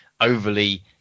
overly